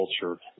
culture